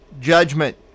judgment